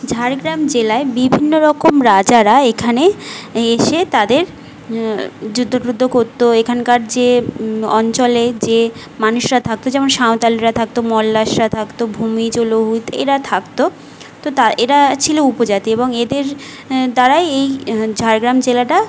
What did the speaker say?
ঝাড়গ্রাম জেলায় বিভিন্ন রকম রাজারা এখানে এসে তাদের যুদ্ধ টুদ্ধ করত এখানকার যে অঞ্চলে যে মানুষরা থাকত যেমন সাঁওতালরা থাকত মোল্লাসরা থাকত ভূমিজ লোহিত এরা থাকত তো তা এরা ছিল উপজাতি এবং এদের দ্বারাই এই ঝাড়গ্রাম জেলাটা